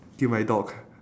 kill my dog